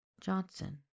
Johnson